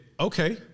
Okay